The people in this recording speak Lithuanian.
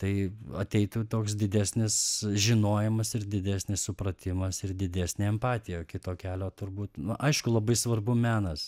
tai ateitų toks didesnis žinojimas ir didesnis supratimas ir didesnė empatija kito kelio turbūt nu aišku labai svarbu menas